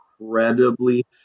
incredibly